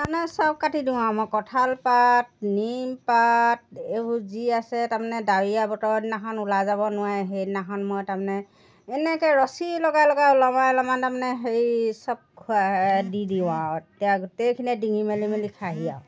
তাৰমানে চব কাটি দিওঁ আৰু মই কঁঠাল পাত নিম পাত এই যি আছে তাৰমানে ডাৱৰীয়া বতৰৰ দিনাখন ওলাই যাব নোৱাৰে সেইদিনাখন মই তাৰমানে এনেকৈ ৰছী লগাই লগাই মানে ওলমাই ওলমাই তাৰমানে হেৰি চব খুৱাই দি দিওঁ আৰু তেতিয়া গোটেইখিনিয়ে ডিঙি মেলি মেলি খাইহি আৰু